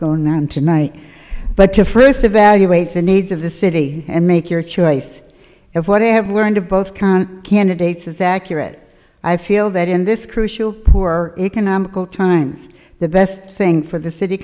going on tonight but to first evaluate the needs of the city and make your choice of what i have learned to both current candidates is accurate i feel that in this crucial poor economical times the best thing for the city